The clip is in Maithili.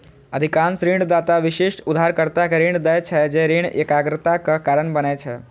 अधिकांश ऋणदाता विशिष्ट उधारकर्ता कें ऋण दै छै, जे ऋण एकाग्रताक कारण बनै छै